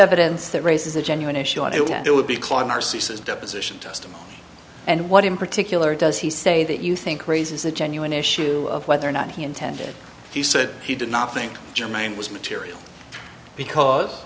evidence that race is a genuine issue and it would be clouding our ceases deposition testimony and what in particular does he say that you think raises a genuine issue of whether or not he intended he said he did not think germane was material because